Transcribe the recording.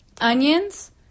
onions